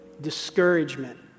Discouragement